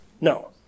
No